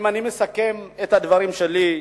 אם אני מסכם את הדברים שלי,